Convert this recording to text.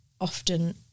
often